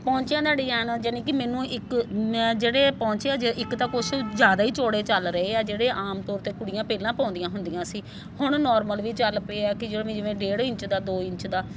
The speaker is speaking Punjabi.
ਪੌਂਚਿਆਂ ਦਾ ਡਿਜਾਇਨ ਆ ਯਾਨੀ ਕਿ ਮੈਨੂੰ ਇੱਕ ਜਿਹੜੇ ਪੌਂਚਿਆਂ ਜ ਇੱਕ ਤਾਂ ਕੁਛ ਜ਼ਿਆਦਾ ਹੀ ਚੌੜੇ ਚੱਲ ਰਹੇ ਆ ਜਿਹੜੇ ਆਮ ਤੌਰ 'ਤੇ ਕੁੜੀਆਂ ਪਹਿਲਾਂ ਪਾਉਂਦੀਆਂ ਹੁੰਦੀਆਂ ਸੀ ਹੁਣ ਨੋਰਮਲ ਵੀ ਚੱਲ ਪਏ ਆ ਕਿ ਜਿਵੇਂ ਜਿਵੇਂ ਡੇਢ ਇੰਚ ਦਾ ਦੋ ਇੰਚ ਦਾ